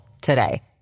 today